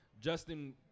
Justin